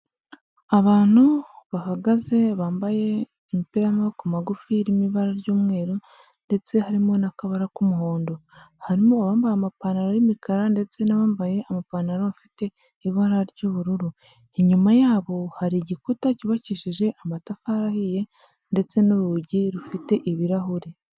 Abantu bahagaze bambaye imipira y'amaboko magufi irimo ibara ry'umweru ndetse harimo n'akabara k'umuhondo, harimo abambaye amapantaro y'imikara ndetse n'abambaye amapantaro afite ibara ry'ubururu, inyuma yabo hari igikuta cyubakishije amatafari ahiye ndetse n'urugi rufite ibirahure.